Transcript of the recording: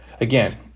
Again